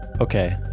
Okay